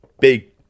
big